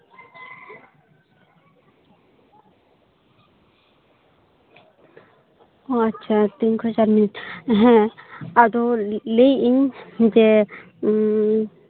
ᱟᱪᱪᱷᱟ ᱛᱤᱦᱤᱧ ᱠᱷᱚᱱ ᱥᱟᱵᱽᱢᱤᱴ ᱦᱮᱸ ᱟᱫᱚ ᱞᱟᱹᱭᱮᱜ ᱟᱹᱧ ᱡᱮ